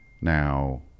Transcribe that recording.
Now